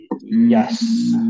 Yes